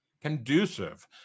conducive